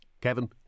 Kevin